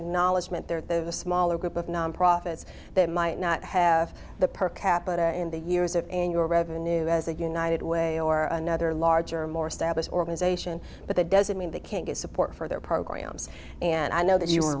a knowledge meant there of a smaller group of nonprofits that might not have the per capita and the years of annual revenue as a united way or another larger more established organization but that doesn't mean they can't get support for their programs and i know that you were